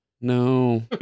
No